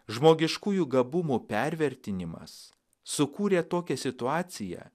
žmogiškųjų gabumų pervertinimas sukūrė tokią situaciją